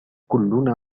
كلنا